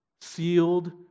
sealed